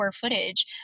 footage